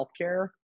healthcare